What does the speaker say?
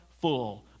full